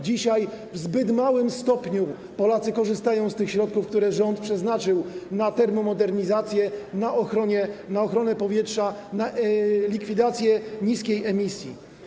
Dzisiaj w zbyt małym stopniu Polacy korzystają z tych środków, które rząd przeznaczył na termomodernizację, na ochronę powietrza, na likwidację niskiej emisji.